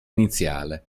iniziale